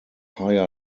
higher